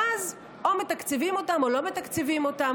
ואז או מתקצבים אותם או לא מתקצבים אותם,